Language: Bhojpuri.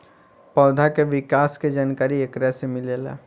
पौधा के विकास के जानकारी एकरा से मिलेला